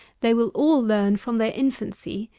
they will all learn, from their infancy,